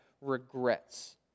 regrets